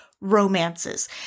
romances